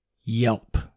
Yelp